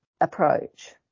approach